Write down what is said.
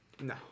No